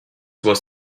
was